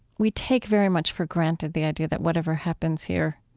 we take very much for granted the idea that whatever happens here,